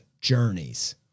journeys